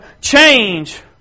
change